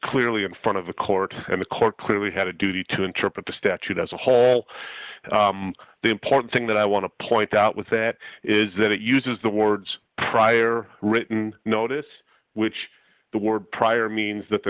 clearly in front of the court and the court clearly had a duty to interpret the statute as a whole the important thing that i want to point out with that is that it uses the words prior written notice which the word prior means that the